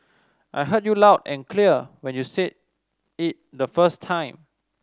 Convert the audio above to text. I heard you loud and clear when you said it the first time